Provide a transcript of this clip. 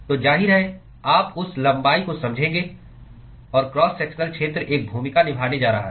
तो जाहिर है आप उस लंबाई को समझेंगे और क्रॉस सेक्शनल क्षेत्र एक भूमिका निभाने जा रहा है